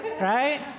Right